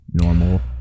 normal